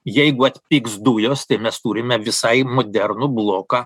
jeigu atpigs dujos tai mes turime visai modernų bloką